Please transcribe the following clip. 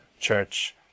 Church